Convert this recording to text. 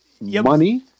money